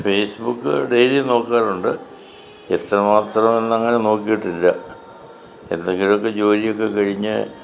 face book daily നോക്കാറുണ്ട് എത്രമാത്രം എന്ന് അങ്ങനെ നോക്കിയിട്ടില്ല എന്തെങ്കിലും ഒക്കെ ജോലിയൊക്കെ കഴിഞ്ഞ്